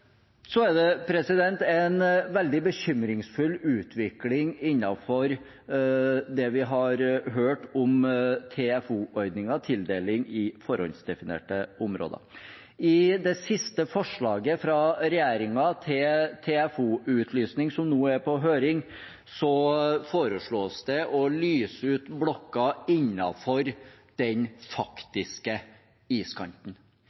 Det er også en veldig bekymringsfull utvikling innenfor det vi har hørt om TFO-ordningen, tildeling i forhåndsdefinerte områder. I det siste forslaget fra regjeringen til TFO-utlysning som nå er på høring, foreslås det å lyse ut blokker innenfor den faktiske iskanten.